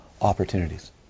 opportunities